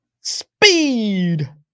Speed